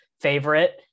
favorite